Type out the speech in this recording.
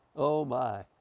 oh my!